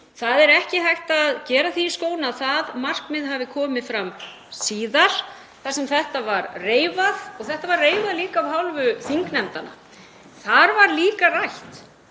Ekki er hægt að gera því skóna að það markmið hafi komið fram síðar þar sem þetta var reifað og þetta var líka reifað af hálfu þingnefndanna. Þar var líka rætt